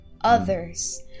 others